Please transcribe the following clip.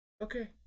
Okay